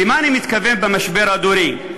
למה אני מתכוון ב"משבר הדורי"?